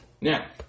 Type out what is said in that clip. Now